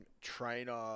trainer